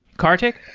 karthik?